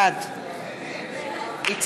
נגד שרן השכל, בעד יצחק